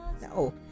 No